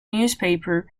newspaper